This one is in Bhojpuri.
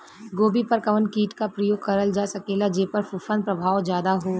गोभी पर कवन कीट क प्रयोग करल जा सकेला जेपर फूंफद प्रभाव ज्यादा हो?